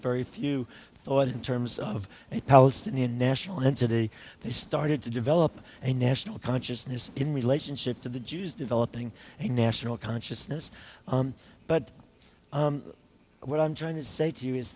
very few thought in terms of a palestinian national entity they started to develop a national consciousness in relationship to the jews developing a national consciousness but what i'm trying to say to you is